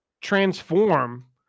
transform